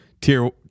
tier